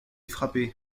frappé